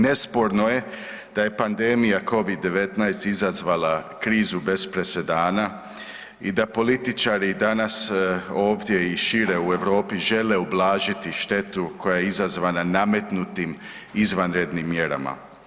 Nesporno je da je pamdenija Covid-19 izazvala krizu bez presedana i da političari i danas ovdje i šire u Europi žele ublažiti štetu koja je izazvana nametnutim izvanrednim mjerama.